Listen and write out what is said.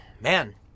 man